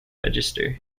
register